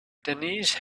denise